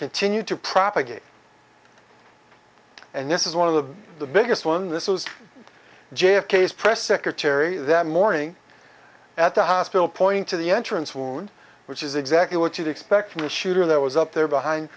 continue to propagate and this is one of the the biggest one this was j f k s press secretary that morning at the hospital point to the entrance wound which is exactly what you'd expect from a shooter that was up there behind